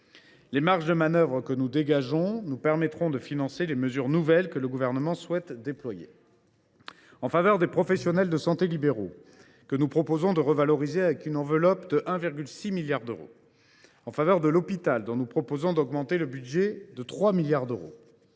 Les marges de manœuvre que nous dégageons nous permettront de financer les mesures nouvelles que le Gouvernement souhaite déployer : en faveur des professionnels de santé libéraux, que nous proposons de revaloriser une enveloppe de 1,6 milliard d’euros ; en faveur de l’hôpital, dont nous proposons d’augmenter le budget de 3 milliards d’euros